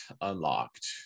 unlocked